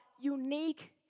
unique